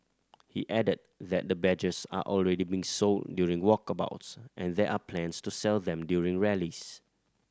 he added that the badges are already being sold during walkabouts and there are plans to sell them during rallies